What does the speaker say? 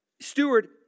steward